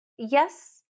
Yes